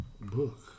Book